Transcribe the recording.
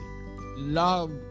love